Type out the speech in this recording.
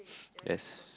yes